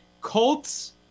Colts